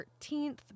13th